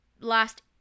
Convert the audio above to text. last